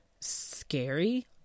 scary